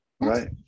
Right